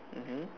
mmhmm